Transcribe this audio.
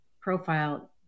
profile